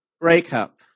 breakup